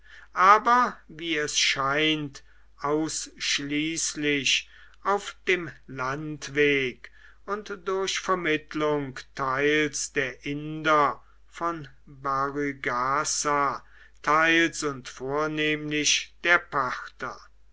aber wie es scheint ausschließlich auf dem landweg und durch vermittlung teils der inder von barygaza teils und vornehmlich der parther